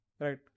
right